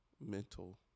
Mental